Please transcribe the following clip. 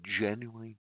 genuinely